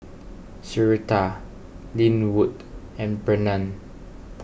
Syreeta Lynwood and Brennan